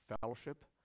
fellowship